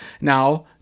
Now